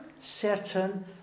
certain